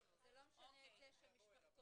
סעיף 11(3)